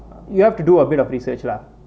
you have to do a bit of research lah